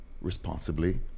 responsibly